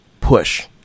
push